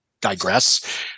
digress